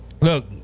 look